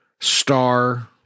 Star